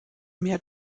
mehr